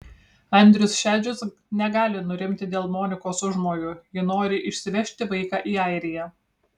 andrius šedžius negali nurimti dėl monikos užmojų ji nori išsivežti vaiką į airiją